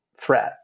threat